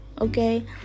okay